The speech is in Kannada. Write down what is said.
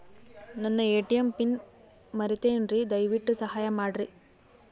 ನನ್ನ ಎ.ಟಿ.ಎಂ ಪಿನ್ ಮರೆತೇನ್ರೀ, ದಯವಿಟ್ಟು ಸಹಾಯ ಮಾಡ್ರಿ